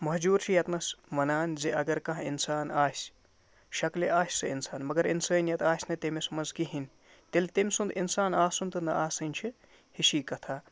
مہجوٗر چھِ ییٚتہِ نَس وَنان زِ اَگر کانٛہہ اِنسان آسہِ شَکلہِ آسہِ سُہ اِنسان مگر اِنسانِیَت آسہِ نہٕ تٔمِس منٛز کِہیٖنۍ تیٚلہِ تٔمۍ سُنٛد اِنسان آسُن تہٕ نَہ آسٕنۍ چھِ ہشی کَتھاہ